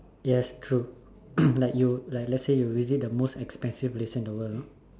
yes true like you like like let's say you visit the most expensive place in the world you know